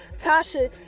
tasha